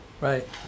Right